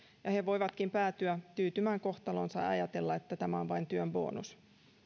ja he voivatkin päätyä tyytymään kohtaloonsa ja ajatella että tämä on vain työn bonus